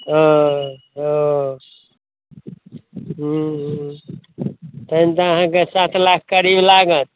ओऽ ओऽ हुँ तहन तऽ अहाँके सात लाख करीब लागत